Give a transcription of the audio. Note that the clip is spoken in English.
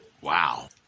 Wow